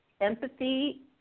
empathy